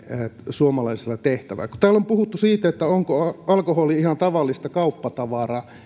suomalaisilla tehtävää kun täällä on puhuttu siitä onko alkoholi ihan tavallista kauppatavaraa